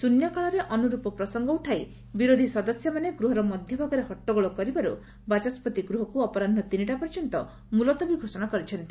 ଶୂନ୍ୟକାଳରେ ଅନୁରୂପ ପ୍ରସଙ୍ଙ ଉଠାଇ ବିରୋଧି ସଦସ୍ୟମାନେ ଗୂହ ମଧଭାଗରେ ହଟ୍ଟଗୋଳ କରିବାରୁ ବାଚସ୍ୱତି ଗୂହକୁ ଅପରାହ୍ସ ତିନିଟା ପର୍ଯ୍ୟନ୍ତ ମୁଲତବି ଘୋଷଣା କରିଛନ୍ତି